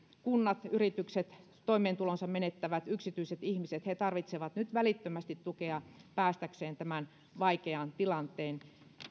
kunnat yritykset toimeentulonsa menettävät yksityiset ihmiset tarvitsevat nyt välittömästi tukea päästäkseen tämän vaikean tilanteen